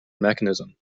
mechanism